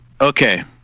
Okay